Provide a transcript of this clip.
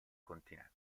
continente